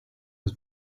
has